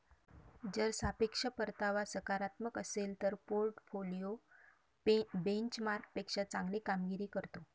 जर सापेक्ष परतावा सकारात्मक असेल तर पोर्टफोलिओ बेंचमार्कपेक्षा चांगली कामगिरी करतो